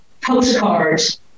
postcards